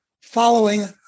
following